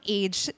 age